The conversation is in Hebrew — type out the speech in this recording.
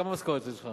כמה המשכורת שלך?